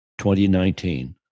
2019